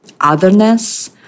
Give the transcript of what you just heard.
otherness